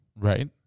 right